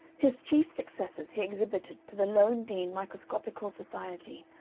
his chief successes he exhibited to the lowndean microscopical society,